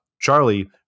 charlie